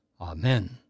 Amen